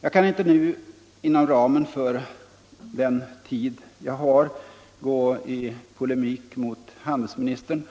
Jag kan inte nu inom ramen för den tid jag har till mitt förfogande gå i polemik mot handelsministern,